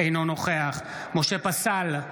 אינו נוכח משה פסל,